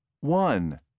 One